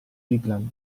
bigland